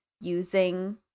using